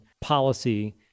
policy